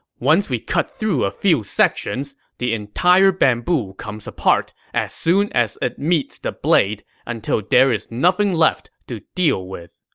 once we cut through a few sections, the whole bamboo comes apart as soon as it meets the blade until there is nothing left to deal with.